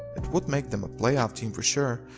it would make them a playoff team for sure,